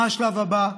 מה השלב הבא?